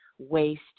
waste